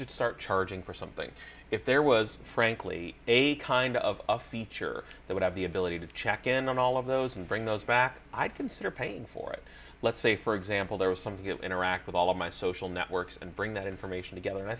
to start charging for something if there was frankly a kind of a feature they would have the ability to check in on all of those and bring those back i consider paying for it let's say for example there was something you interact with all of my social networks and bring that information together and i